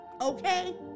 okay